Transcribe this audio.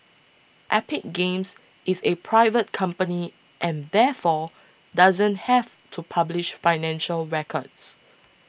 Epic Games is a private company and therefore doesn't have to publish financial records